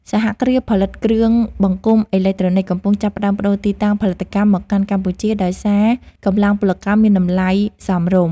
សហគ្រាសផលិតគ្រឿងបង្គុំអេឡិចត្រូនិកកំពុងចាប់ផ្តើមប្តូរទីតាំងផលិតកម្មមកកាន់កម្ពុជាដោយសារកម្លាំងពលកម្មមានតម្លៃសមរម្យ។